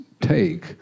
take